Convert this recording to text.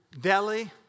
Delhi